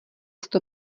sto